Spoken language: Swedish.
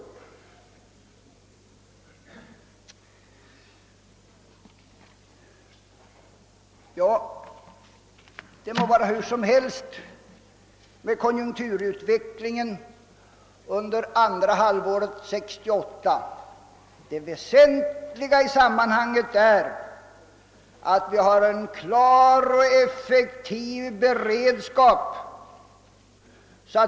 Det må emellertid vara hur som helst med konjunkturutvecklingen under andra halvåret 1968. Det väsentliga i sammanhanget är att det finns en klar och effektiv beredskap.